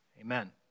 Amen